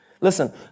Listen